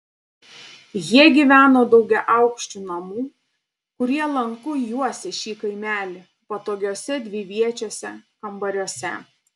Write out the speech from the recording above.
jie gyveno daugiaaukščių namų kurie lanku juosė šį kaimelį patogiuose dviviečiuose kambariuose